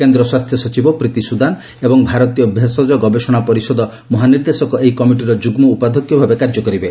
କେନ୍ଦ୍ର ସ୍ୱାସ୍ଥ୍ୟ ସଚିବ ପ୍ରିତୀ ସୁଦାନ ଏବଂ ଭାରତୀୟ ଭେଷଜ ଗବେଷଣା ପରିଷଦ ମହାନିର୍ଦ୍ଦେଶକ ଏହି କମିଟିର ଯୁଗ୍ମ ଉପାଧ୍ୟକ ଭାବେ ଭାବେ କାର୍ଯ୍ୟ କରିବେ